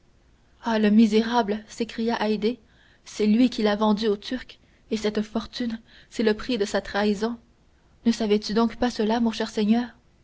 ah le misérable s'écria haydée c'est lui qui l'a vendu aux turcs et cette fortune c'est le prix de sa trahison ne savais-tu donc pas cela mon cher seigneur